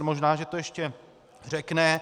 Možná že to ještě řekne.